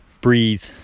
breathe